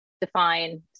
define